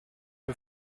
die